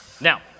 Now